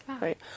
Right